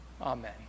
Amen